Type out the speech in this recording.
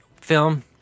film